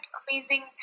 amazing